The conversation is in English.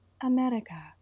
America